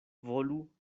volu